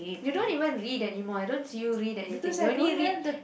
you don't even read anymore I don't see you read anything you only read